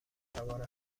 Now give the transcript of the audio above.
سوار